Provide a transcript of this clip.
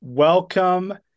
Welcome